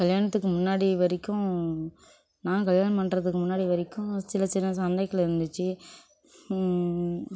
கல்யாணத்துக்கு முன்னாடி வரைக்கும் நான் கல்யாணம் பண்ணுறதுக்கு முன்னாடி வரைக்கும் சின்ன சின்ன சண்டைகள் இருந்துச்சு